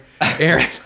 aaron